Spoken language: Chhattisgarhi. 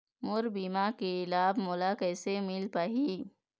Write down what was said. मोर बीमा के लाभ मोला कैसे मिल पाही?